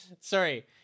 sorry